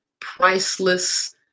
priceless